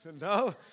No